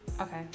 okay